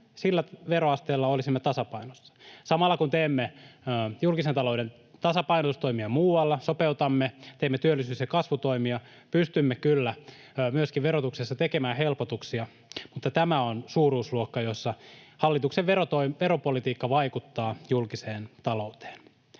Sillä veroasteella olisimme tasapainossa. Samalla kun teemme julkisen talouden tasapainotustoimia muualla, sopeutamme, teemme työllisyys‑ ja kasvutoimia, pystymme kyllä myöskin verotuksessa tekemään helpotuksia, mutta tämä on suuruusluokka, jossa hallituksen veropolitiikka vaikuttaa julkiseen talouteen.